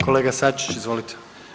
Kolega Sačić, izvolite.